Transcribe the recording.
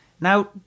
Now